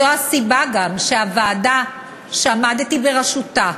זו הסיבה גם שהוועדה שעמדתי בראשותה